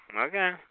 Okay